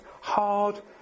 hard